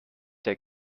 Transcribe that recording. der